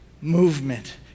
movement